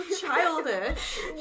childish